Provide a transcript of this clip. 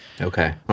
Okay